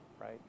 right